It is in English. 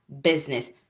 business